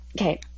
okay